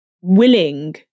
willing